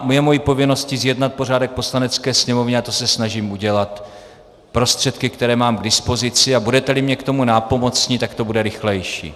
Je mou povinností zjednat pořádek v Poslanecké sněmovně a to se snažím udělat prostředky, které mám k dispozici, a budeteli mně k tomu nápomocni, tak to bude rychlejší.